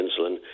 insulin